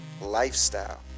lifestyle